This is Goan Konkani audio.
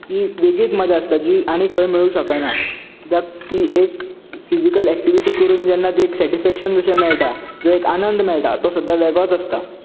ती वेगळीच मजा आसता जी आनी खंय मेळूंक शकना कित्याक ती एक फिजीकल ऍक्टीवीटी करून जेन्ना तें एक सॅटीसफॅक्शन जशें मेळटा जे एक आनंद मेळटा तो सुद्दां वेगळोच आसता